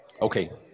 Okay